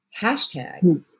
Hashtag